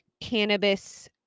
cannabis